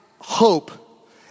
hope